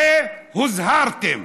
הרי הוזהרתם.